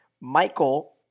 Michael